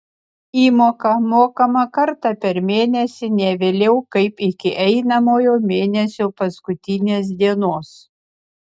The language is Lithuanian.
įmoka mokama kartą per mėnesį ne vėliau kaip iki einamojo mėnesio paskutinės dienos